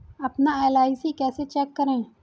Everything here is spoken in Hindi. अपना एल.आई.सी कैसे चेक करें?